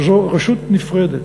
זו רשות נפרדת,